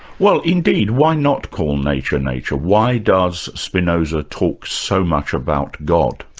well indeed, why not call nature, nature? why does spinoza talk so much about god?